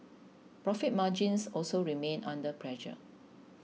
profit margins also remained under pressure